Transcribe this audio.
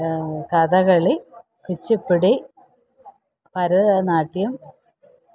Kathakali Kuchipudi Bharatanatyam